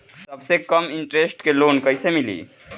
सबसे कम इन्टरेस्ट के लोन कइसे मिली?